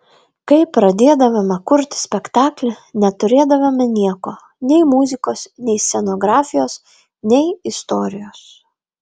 kai pradėdavome kurti spektaklį neturėdavome nieko nei muzikos nei scenografijos nei istorijos